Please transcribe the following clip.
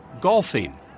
golfing